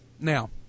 Now